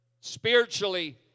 spiritually